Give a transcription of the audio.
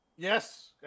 Yes